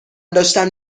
داشتم